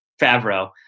Favreau